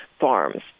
farms